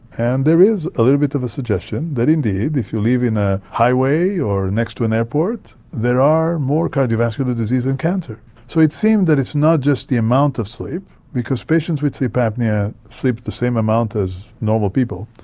and there is a little bit of a suggestion that indeed if you live on a highway or next to an airport there are more cardiovascular disease and cancer. so it seems that it's not just the amount of sleep because patients with sleep apnoea sleep the same amount as normal people,